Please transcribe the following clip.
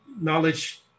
knowledge